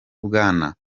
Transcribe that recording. bwana